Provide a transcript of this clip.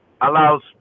allows